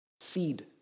seed